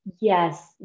Yes